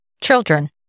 Children